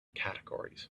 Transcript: categories